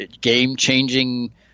game-changing